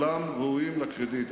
וכולם ראויים לקרדיט.